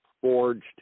forged